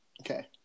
Okay